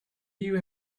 you